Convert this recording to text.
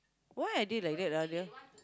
why are they like that ah dear